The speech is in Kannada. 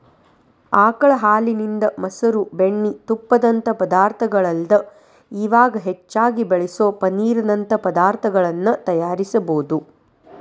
ಆಕಳ ಹಾಲಿನಿಂದ, ಮೊಸರು, ಬೆಣ್ಣಿ, ತುಪ್ಪದಂತ ಪದಾರ್ಥಗಳಲ್ಲದ ಇವಾಗ್ ಹೆಚ್ಚಾಗಿ ಬಳಸೋ ಪನ್ನೇರ್ ನಂತ ಪದಾರ್ತಗಳನ್ನ ತಯಾರಿಸಬೋದು